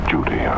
Judy